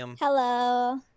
hello